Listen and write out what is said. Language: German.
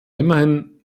immerhin